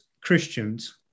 Christians